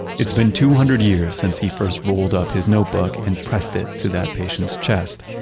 it's been two hundred years since he first rolled up his notebook and pressed it to that patient's chest.